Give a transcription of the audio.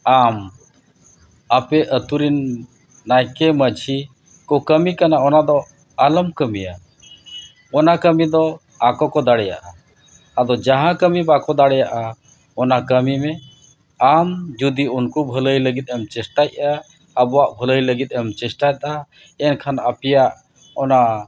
ᱟᱢ ᱟᱯᱮ ᱟᱹᱛᱩ ᱨᱤᱱ ᱱᱟᱭᱠᱮ ᱢᱟᱹᱡᱷᱤ ᱠᱚ ᱠᱟᱹᱢᱤ ᱠᱟᱱᱟ ᱚᱱᱟᱫᱚ ᱟᱞᱚᱢ ᱠᱟᱹᱢᱤᱭᱟ ᱚᱱᱟ ᱠᱟᱹᱢᱤ ᱫᱚ ᱟᱠᱚ ᱠᱚ ᱫᱟᱲᱮᱭᱟᱜᱼᱟ ᱟᱫᱚ ᱡᱟᱦᱟᱸ ᱠᱟᱹᱢᱤ ᱵᱟᱠᱚ ᱫᱟᱲᱮᱭᱟᱜᱼᱟ ᱚᱱᱟ ᱠᱟᱹᱢᱤ ᱢᱮ ᱟᱢ ᱡᱩᱫᱤ ᱩᱱᱠᱩ ᱵᱷᱟᱹᱞᱟᱹᱭ ᱞᱟᱹᱜᱤᱫ ᱮᱢ ᱪᱮᱥᱴᱟᱭᱮᱫᱼᱟ ᱟᱵᱚᱣᱟᱜ ᱵᱷᱟᱹᱞᱟᱹᱭ ᱞᱟᱹᱜᱤᱫ ᱮᱢ ᱪᱮᱥᱴᱟᱭᱫᱟ ᱮᱱᱠᱷᱟᱱ ᱟᱯᱮᱭᱟᱜ ᱚᱱᱟ